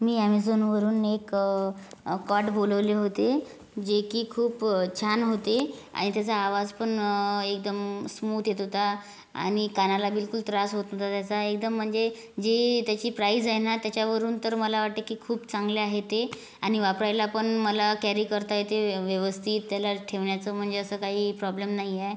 मी अॅमेझॉनवरून एक कॉट बोलवले होते जे की खूप छान होते आणि त्याचा आवाजपण एकदम स्मूत येत होता आणि कानाला बिलकुल त्रास होत नव्हता त्याचा एकदम म्हणजे जी त्याची प्राइज आहे ना त्याच्यावरून तर मला वाटते की खूप चांगले आहे ते आणि वापरायला पण मला कॅरी करता येते व्यव व्यवस्थित त्याला ठेवण्याचं म्हणजे असं काही प्रॉब्लेम नाही आहे